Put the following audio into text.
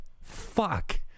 Fuck